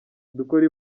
dukora